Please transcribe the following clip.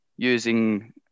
using